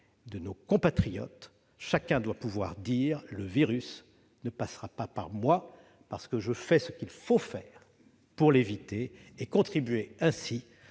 de nos compatriotes. Chacun doit pouvoir dire :« Le virus ne passera pas par moi, parce que je fais ce qu'il faut faire pour l'éviter et contribuer ainsi